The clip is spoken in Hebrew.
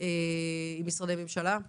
עם משרדי ממשלה?